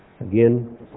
Again